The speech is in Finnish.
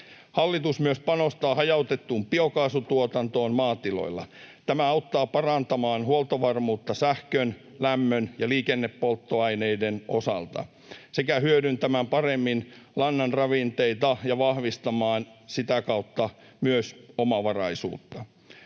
Hallitus panostaa myös hajautettuun biokaasutuotantoon maatiloilla. Tämä auttaa parantamaan huoltovarmuutta sähkön, lämmön ja liikennepolttoaineiden osalta sekä hyödyntämään paremmin lannan ravinteita ja vahvistamaan sitä kautta myös omavaraisuutta.